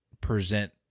present